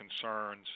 concerns